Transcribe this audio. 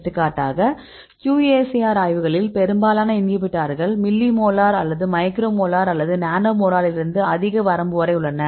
எடுத்துக்காட்டாக QSAR ஆய்வுகளில் பெரும்பாலான இன்ஹிபிட்டார்கள் மில்லி மோலார் அல்லது மைக்ரோ மோலார் அல்லது நானோ மோலாரிலிருந்து அதிக வரம்பு வரை உள்ளன